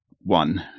one